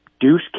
Deuce